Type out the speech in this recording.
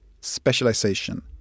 specialization